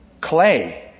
Clay